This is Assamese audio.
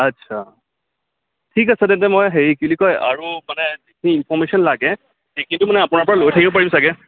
আচ্ছা ঠিক আছে তেন্তে মই হেৰি কি বুলি কয় আৰু মানে ইনফৰমেইচন লাগে কিন্তু মানে আপোনাৰ পৰা লৈ থাকিব পাৰিম চাগে